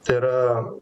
tai yra